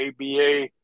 ABA